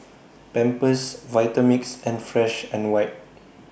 Pampers Vitamix and Fresh and White